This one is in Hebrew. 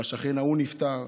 והשכן ההוא נפטר,